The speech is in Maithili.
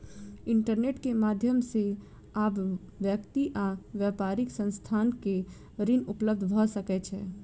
इंटरनेट के माध्यम से आब व्यक्ति आ व्यापारिक संस्थान के ऋण उपलब्ध भ सकै छै